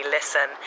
Listen